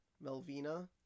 Melvina